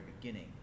beginning